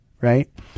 Right